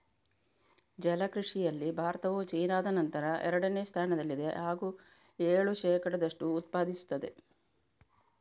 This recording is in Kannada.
ಜಲ ಕೃಷಿಯಲ್ಲಿ ಭಾರತವು ಚೀನಾದ ನಂತರ ಎರಡನೇ ಸ್ಥಾನದಲ್ಲಿದೆ ಹಾಗೂ ಏಳು ಶೇಕಡದಷ್ಟು ಉತ್ಪಾದಿಸುತ್ತದೆ